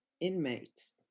inmates